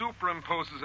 superimposes